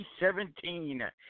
2017